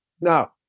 Now